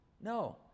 No